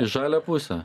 į žalią pusę